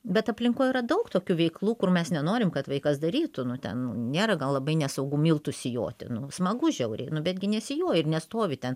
bet aplinkoj yra daug tokių veiklų kur mes nenorim kad vaikas darytų nu ten nėra gal labai nesaugu miltus sijoti smagu žiauriai nu betgi nesijoji ir nestovi ten